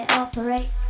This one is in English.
operate